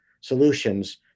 solutions